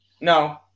No